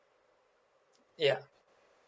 ya